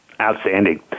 Outstanding